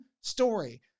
story